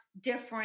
different